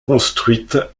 construite